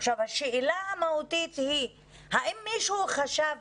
עכשיו השאלה המהותית היא האם מישהו חשב